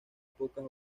pocas